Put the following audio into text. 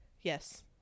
Yes